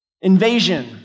invasion